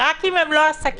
רק אם הם לא עסקים.